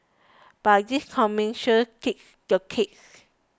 but this commercial takes the cakes